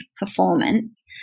performance